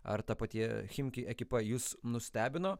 ar ta pati chimki ekipa jus nustebino